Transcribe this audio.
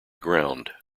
ground